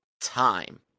time